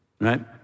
right